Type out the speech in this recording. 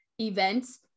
events